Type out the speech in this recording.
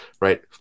right